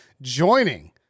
Joining